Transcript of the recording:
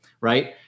right